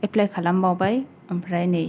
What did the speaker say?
apply खालाम बावबाय ओमफ्राय नै